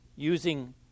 Using